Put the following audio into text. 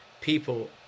people